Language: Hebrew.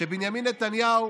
שבנימין נתניהו,